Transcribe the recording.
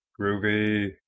Groovy